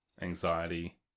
anxiety